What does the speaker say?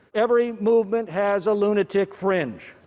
every movement has a lunatic fringe.